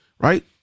right